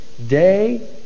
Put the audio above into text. Day